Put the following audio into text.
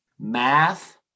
math